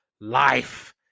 life